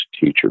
teacher